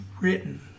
written